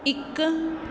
ਇੱਕ